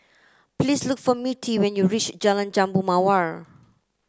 please look for Mittie when you reach Jalan Jambu Mawar